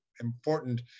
important